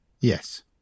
Yes